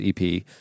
EP